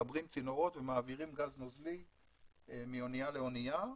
מחברים צינורות ומעבירים גז נוזלי מאנייה לאנייה.